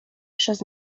przez